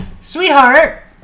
Sweetheart